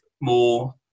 more